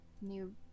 new